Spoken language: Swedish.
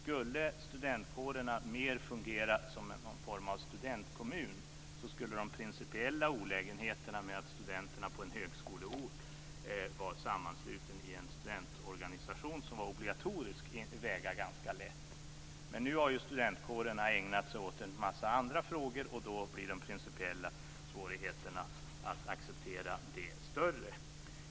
Om studentkårerna mer skulle fungera som någon form av studentkommun skulle de principiella olägenheterna med att studenterna på en högskoleort var sammanslutna i en studentorganisation som var obligatorisk väga ganska lätt. Men nu har ju studentkårerna ägnat sig åt en massa andra frågor. Då blir de principiella svårigheterna att acceptera det större.